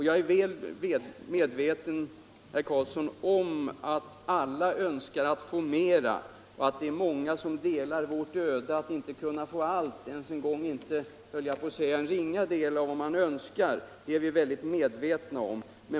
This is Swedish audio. Jag är väl medveten om, herr Karlsson i Huskvarna, att alla önskar att få mer och att många delar vårt öde att inte kunna få någonting alls, inte ens en ringa del av vad man önskar. Det är vi väldigt medvetna om.